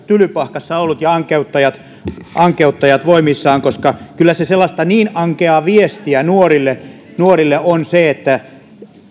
tylypahkassa ja ankeuttajat ankeuttajat voimissaan koska kyllä se niin ankeaa viestiä nuorille nuorille on että